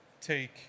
take